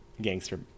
gangster